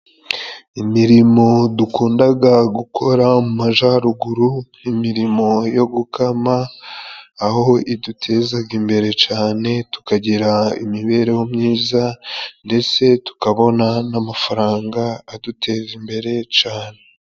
Imirimo dukundaga gukora mu majaruguru imirimo yo gukama aho idutezaga imbere cane, tukagira imibereho myiza ndetse tukabona n'amafaranga aduteza imbere cane.